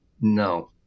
No